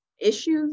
issues